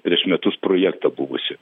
prieš metus projektą buvusį